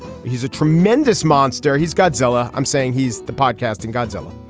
he's a tremendous monster. he's godzilla. i'm saying he's the podcast and godzilla.